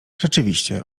rzeczywiście